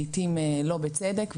לעתים לא בצדק,